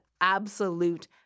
absolute